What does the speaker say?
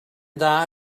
dda